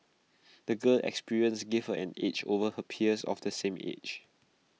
the girl's experiences gave her an edge over her peers of the same age